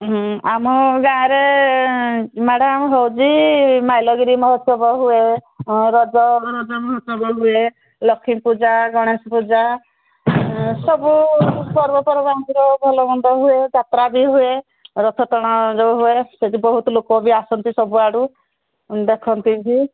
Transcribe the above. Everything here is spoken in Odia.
ହୁଁ ଆମ ଗାଁରେ ମ୍ୟାଡ଼ାମ ହେଉଛି ମାଇଲଗିରି ମହୋତ୍ସବ ହୁଏ ରଜ ରଜ ମହୋତ୍ସବ ହୁଏ ଲକ୍ଷ୍ମୀ ପୂଜା ଗଣେଶ ପୂଜା ସବୁ ପର୍ବପର୍ବାଣିର ଭଲମନ୍ଦ ହୁଏ ଯାତ୍ରା ବି ହୁଏ ରଥ ଟଣା ଯେଉଁ ହୁଏ ସେଠି ବହୁତ ଲୋକ ବି ଆସନ୍ତି ସବୁଆଡ଼ୁ ଦେଖନ୍ତି ବି